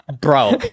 bro